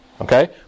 okay